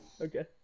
Okay